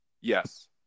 Yes